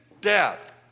death